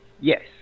yes